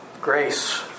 Grace